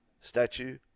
statue